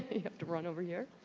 you have to run over here.